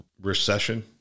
recession